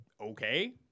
okay